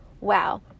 Wow